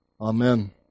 Amen